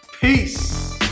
Peace